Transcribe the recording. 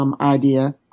idea